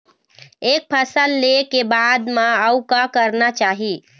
एक फसल ले के बाद म अउ का करना चाही?